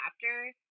chapter